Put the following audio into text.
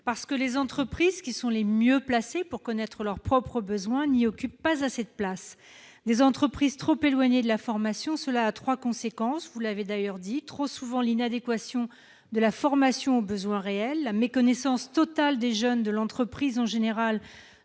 parce que les entreprises, qui sont les mieux placées pour connaître leurs propres besoins, n'y occupent pas assez de place. Les entreprises trop éloignées de la formation, cela entraîne trois conséquences, que vous avez d'ailleurs évoquées : une inadéquation trop fréquente de la formation aux besoins réels, une méconnaissance totale par les jeunes de l'entreprise en général,